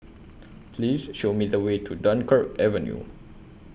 Please Show Me The Way to Dunkirk Avenue